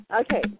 Okay